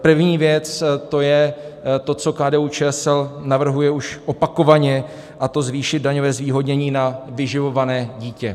První věc, to je to, co KDUČSL navrhuje už opakovaně, a to zvýšit daňové zvýhodnění na vyživované dítě.